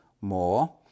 more